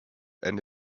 and